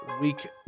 week